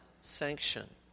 sanction